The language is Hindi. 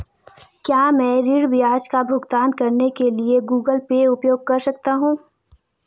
क्या मैं ऋण ब्याज का भुगतान करने के लिए गूगल पे उपयोग कर सकता हूं?